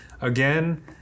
again